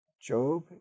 Job